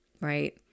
right